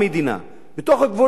בתוך גבולות המדינה,